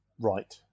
right